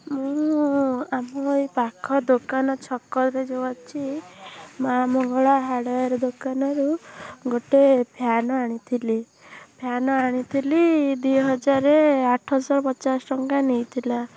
ମୁଁ ଆମ ଏହି ପାଖ ଦୋକାନ ଛକରେ ଯେଉଁ ଅଛି ମାଁ ମଙ୍ଗଳା ହାର୍ଡ଼ୱେର୍ ଦୋକାନରୁ ଗୋଟେ ଫ୍ୟାନ୍ ଆଣିଥିଲି ଫ୍ୟାନ୍ ଆଣିଥିଲି ଦୁଇ ହଜାର ଆଠଶହ ପଶାଚ ଟଙ୍କା ନେଇଥିଲା